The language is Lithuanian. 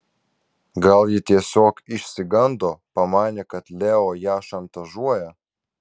gal ji tiesiog išsigando pamanė kad leo ją šantažuoja